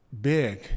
big